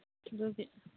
ꯑꯗꯨꯗꯤ